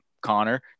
connor